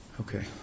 Okay